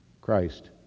Christ